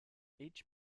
each